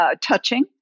touching